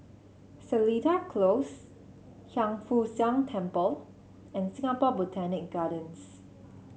Seletar Close Hiang Foo Siang Temple and Singapore Botanic Gardens